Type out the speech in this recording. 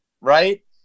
right